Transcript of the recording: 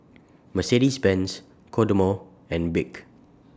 Mercedes Benz Kodomo and Bic